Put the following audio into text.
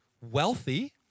wealthy